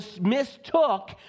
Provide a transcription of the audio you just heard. mistook